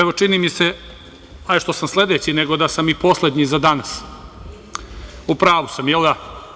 Evo, čini mi se, hajde što sam sledeći, nego da sam i poslednji za danas, u pravu sam, jel da?